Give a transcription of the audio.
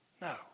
No